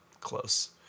close